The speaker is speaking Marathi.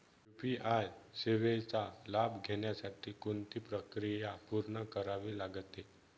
यू.पी.आय सेवेचा लाभ घेण्यासाठी कोणती प्रक्रिया पूर्ण करावी लागते?